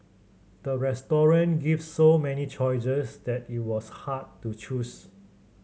the restaurant gave so many choices that it was hard to choose